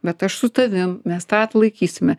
bet aš su tavim mes tą atlaikysime